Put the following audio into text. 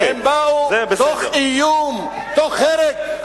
הם באו תוך איום, תוך הרג.